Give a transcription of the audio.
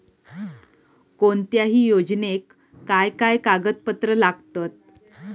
कोणत्याही योजनेक काय काय कागदपत्र लागतत?